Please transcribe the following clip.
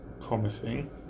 promising